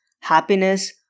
happiness